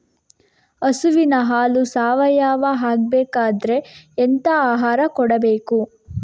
ಹಸುವಿನ ಹಾಲು ಸಾವಯಾವ ಆಗ್ಬೇಕಾದ್ರೆ ಎಂತ ಆಹಾರ ಕೊಡಬೇಕು?